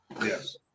Yes